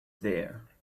there